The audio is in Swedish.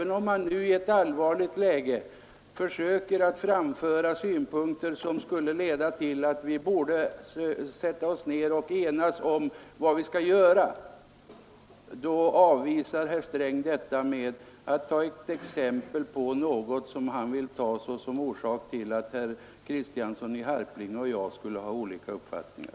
När man i ett allvarligt läge försöker framföra synpunkter som borde leda till att vi satte oss ned och enades om vad vi skall göra, så avvisar herr Sträng detta genom att anföra ett exempel som han vill ta till intäkt för att herr Kristiansson i Harplinge och jag skulle ha olika uppfattningar.